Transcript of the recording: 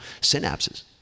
synapses